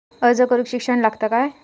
अर्ज करूक शिक्षण लागता काय?